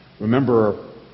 Remember